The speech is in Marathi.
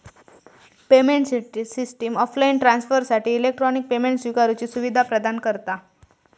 पेमेंट सिस्टम ऑफलाईन ट्रांसफरसाठी इलेक्ट्रॉनिक पेमेंट स्विकारुची सुवीधा प्रदान करता